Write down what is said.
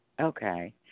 Okay